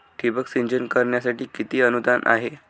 ठिबक सिंचन करण्यासाठी किती अनुदान आहे?